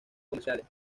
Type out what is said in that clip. comerciales